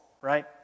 right